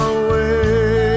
away